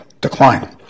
decline